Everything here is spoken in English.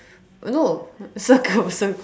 no circle cir~